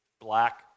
black